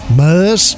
mas